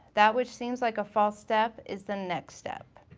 that which seels like a false step is the next step.